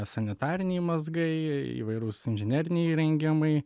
sanitariniai mazgai įvairūs inžineriniai įrengimai